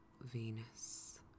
Venus